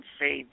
say